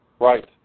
Right